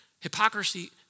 Hypocrisy